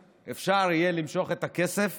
ועל פי החוק היום, אפשר למשוך את הפיקדון